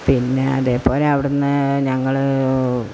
പിന്നെ അതേപോലെ അവിടെ നിന്ന് ഞങ്ങൾ